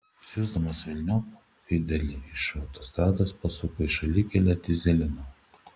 siųsdamas velniop fidelį iš autostrados pasuko į šalikelę dyzelino